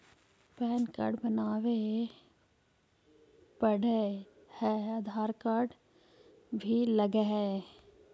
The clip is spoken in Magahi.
पैन कार्ड बनावे पडय है आधार कार्ड भी लगहै?